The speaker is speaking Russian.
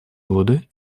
годы